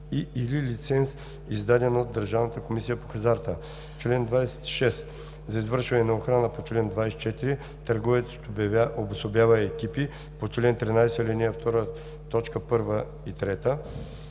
лиценз, издаден от Държавната комисия по хазарта. Чл. 26. За извършване на охрана по чл. 24 търговецът обособява екипи по чл. 13, ал. 2, т.